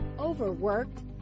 Overworked